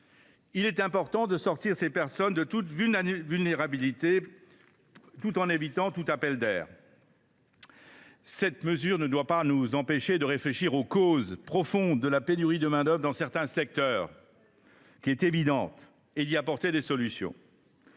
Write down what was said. Il est important de sortir ces personnes de la vulnérabilité qu’ils subissent aujourd’hui, tout en évitant tout appel d’air. Cette mesure ne doit pas nous empêcher de réfléchir aux causes profondes de la pénurie de main d’œuvre dans certains secteurs, qui est évidente, et d’y apporter des solutions.